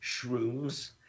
shrooms